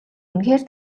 үнэхээр